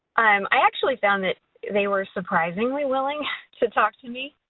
um i actually found that they were surprisingly willing to talk to me,